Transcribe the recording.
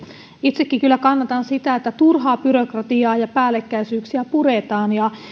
itsekin kyllä kannatan sitä että turhaa byrokratiaa ja päällekkäisyyksiä puretaan ja